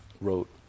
wrote